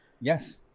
Yes